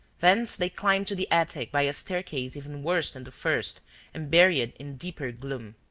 thence they climbed to the attic by a staircase even worse than the first and buried in deeper gloom.